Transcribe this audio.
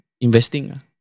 investing